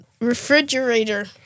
Refrigerator